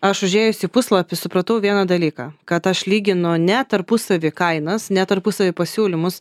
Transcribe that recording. aš užėjus į puslapį supratau vieną dalyką kad aš lyginu ne tarpusavy kainas ne tarpusavy pasiūlymus